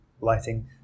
lighting